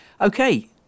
Okay